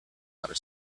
outer